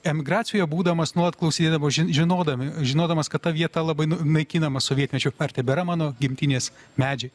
emigracijoje būdamas nuolat klausydavosi žinodami žinodamas kad ta vieta labai naikinama sovietmečiu ar tebėra mano gimtinės medžiai